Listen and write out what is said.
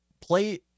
play